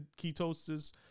ketosis